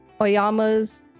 Oyama's